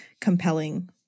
compelling